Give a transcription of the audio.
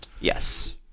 yes